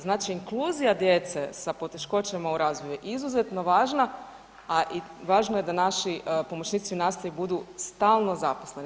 Znači inkluzija djece sa poteškoćama u razvoju je izuzetno važna, a i važno je da naši pomoćnici u nastavi budu stalno zaposleni.